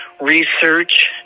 research